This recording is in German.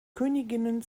königinnen